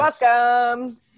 welcome